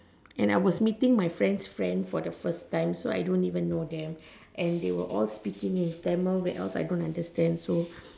and I was meeting my friend's friend for the first time so I don't even know them and they were all speaking in Tamil where else I don't understand so